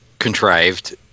contrived